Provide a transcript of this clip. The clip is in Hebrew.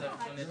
הגלעין